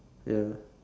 ya